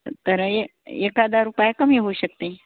तर ये एक हजार रुपये कमी होऊ शकते